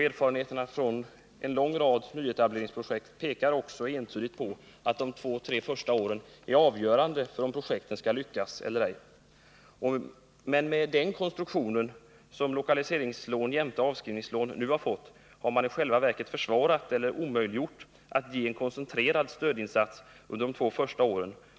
Erfarenheterna från en lång rad nyetableringsprojekt pekar också entydigt på att just de två tre första åren är avgörande för om ett projekt skall lyckas eller ej. Den nuvarande konstruktionen med lokaliseringslån jämte avskrivningslån har emellertid i själva verket försvårat eller omöjliggjort en koncentrerad stödinsats under de två första åren.